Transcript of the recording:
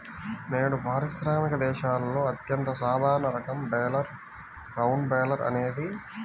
నేడు పారిశ్రామిక దేశాలలో అత్యంత సాధారణ రకం బేలర్ రౌండ్ బేలర్ అనేది